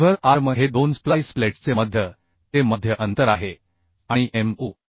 lever arm हे दोन splice प्लेट्सचे मध्य ते मध्य अंतर आहे आणि mu